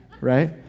right